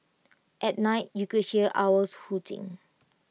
at night you could hear owls hooting